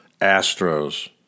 Astros